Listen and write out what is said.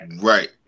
Right